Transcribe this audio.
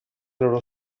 loro